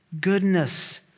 goodness